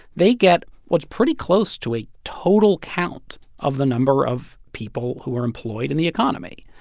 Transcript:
they get what's pretty close to a total count of the number of people who are employed in the economy,